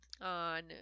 on